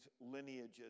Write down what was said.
lineages